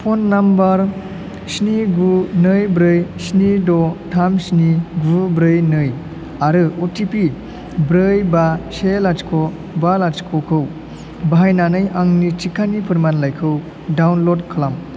phone number स्नि गु नै ब्रै स्नि द' थाम स्नि गु ब्रै नै आरो अटिपि ब्रै बा से लाथिख' बा लाथिख'खौ बाहायनानै आंनि टिकानि फोरमानलाइखौ डाउनलड खालाम